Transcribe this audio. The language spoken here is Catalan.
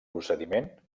procediment